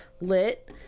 lit